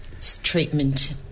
treatment